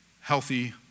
healthy